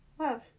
Love